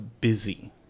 busy